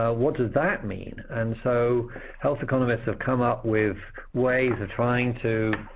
what does that mean? and so health economists have come up with ways of trying to